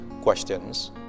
questions